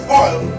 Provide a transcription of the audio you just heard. oil